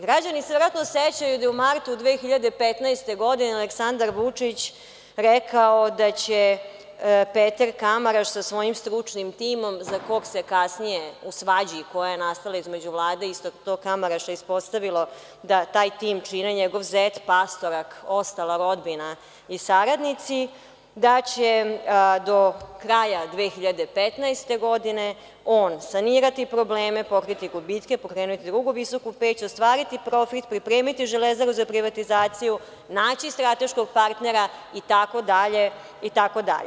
Građani se verovatno sećaju da je u martu 2015. godine Aleksandar Vučić rekao da će Peter Kamaraš sa svojim stručnim timom, za kog se kasnije, u svađi koja je nastala između Vlade i tog istog Kamaraša, ispostavilo da taj tim čine njegov zet, pastorak i ostala rodbina i saradnici, da će do kraja 2015. godine on sanirati probleme, pokriti gubitke, pokrenuti drugu visoku peć, ostvariti profit, pripremiti Železaru za privatizaciju, naći strateškog partnera, itd, itd.